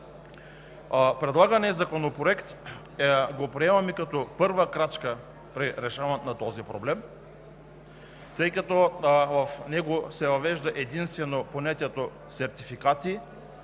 Предлагания Законопроект го приемаме като първа крачка при решаването на този проблем, тъй като в него се въвежда единствено понятието „сертификати“,